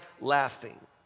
laughing